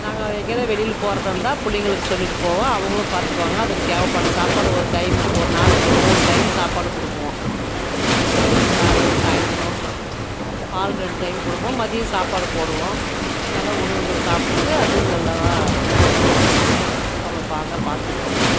நாங்கள் எங்கியாவது வெளியில் போறதாகருந்தா பிள்ளைங்களுக்கு சொல்லிட்டு போவோம் அவங்குளும் பார்த்துக்குவாங்க அதுக்கு தேவைப்பட்ட சாப்பாடு ஒரு டைமுக்கு ஒரு நாளைக்கு மூணு டைம் சாப்பாடு கொடுக்குவோம் மதியம் காலை சாயந்தரம் பால் ரெண்டு டைம் கொடுப்போம் மதியம் சாப்பாடு போடுவோம் நல்ல உணவுகள் சாப்பிட்டு அதுவும் நல்லாதான் வளர்க்குவோம் நாங்கள் அவ்வளோ பாங்காக பார்த்துக்குவோம் அதுவ